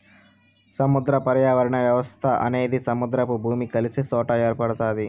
సముద్ర పర్యావరణ వ్యవస్థ అనేది సముద్రము, భూమి కలిసే సొట ఏర్పడుతాది